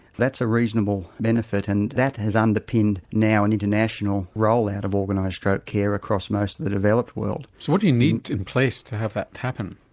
that's a reasonable benefit and that has underpinned now an international roll out of organised stroke care across most of the developed world. so what do you need in place to have that happen?